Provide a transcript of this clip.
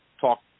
talk